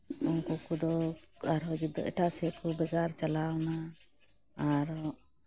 ᱩᱝᱠᱩ ᱠᱚᱫᱚ ᱟᱨᱦᱚᱸ ᱡᱩᱫᱟᱹ ᱮᱴᱟᱜ ᱥᱮᱫ ᱠᱚ ᱵᱷᱮᱜᱟᱨ ᱪᱟᱞᱟᱣᱮᱱᱟ ᱟᱨ